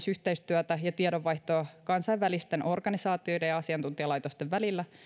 yhteistyötä ja tiedonvaihtoa kansainvälisten organisaatioiden ja asiantuntijalaitosten välillä